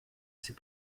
ses